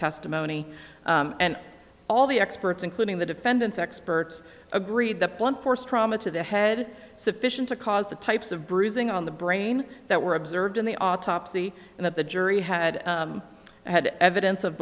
testimony and all the experts including the defendant's experts agreed that blunt force trauma to the head sufficient to cause the types of bruising on the brain that were observed in the autopsy and that the jury had had evidence of